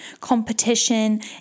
competition